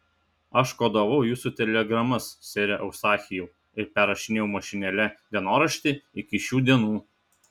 aš kodavau jūsų telegramas sere eustachijau ir perrašinėjau mašinėle dienoraštį iki šių dienų